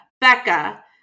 Becca